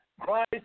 Christ